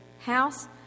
house